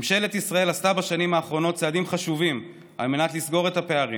ממשלת ישראל עשתה בשנים האחרונות צעדים חשובים על מנת לסגור את הפערים,